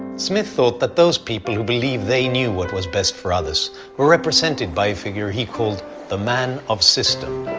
smith thought that those people who believed they knew what was best for others were represented by a figure he called the man of system.